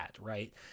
right